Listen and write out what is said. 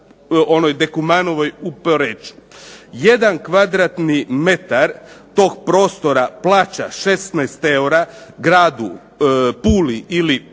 onoj dekumanovoj u Poreču, jedan kvadratni metar tog prostora plaća 16 eura gradu Puli ili